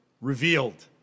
Revealed